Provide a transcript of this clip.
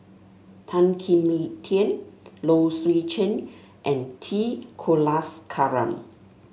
Tan Kim Tian Low Swee Chen and T Kulasekaram